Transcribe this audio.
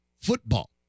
football